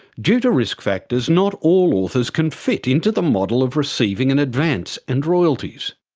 due to risk factors, not all authors can fit into the model of receiving an advance and royalties.